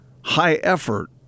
high-effort